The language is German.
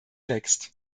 wächst